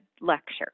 lecture